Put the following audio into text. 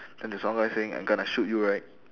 then there's one guy saying I'm gonna shoot you right